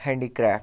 handicraft